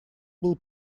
был